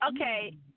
Okay